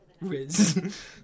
Riz